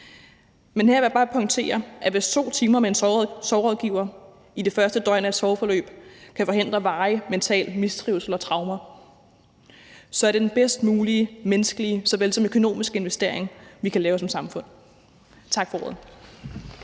Men her vil jeg bare pointere, at hvis 2 timer med en sorgrådgiver i det første døgn af et sorgforløb kan forhindre varig mental mistrivsel og traumer, så er det den bedst mulige menneskelige såvel som økonomiske investering, vi kan foretage som samfund. Tak for ordet.